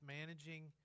managing